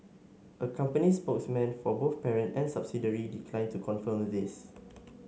a company spokesman for both parent and subsidiary declined to confirm this